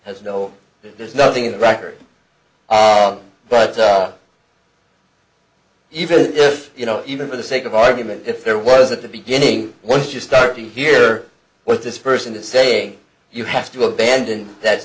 has no there's nothing in the record but even if you know even for the sake of argument if there wasn't the beginning once you start to hear what this person is saying you have to abandon that